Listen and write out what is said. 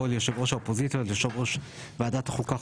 'יושב ראש האופוזיציה ויושב ראש ועדת חוקה,